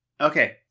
Okay